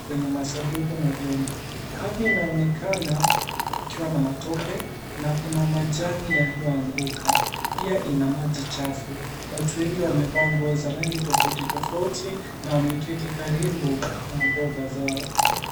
kwenye masanduku na vyombo. Ardhi inaonekana ikiwa na matope na kuna majani yaliyoanguka pia ina maji chafu. Watu wengi wamevaa nguo za rangi tofauti tofauti na wameketi karibu na mboga zao.